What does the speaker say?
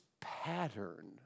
pattern